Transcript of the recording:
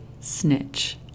snitch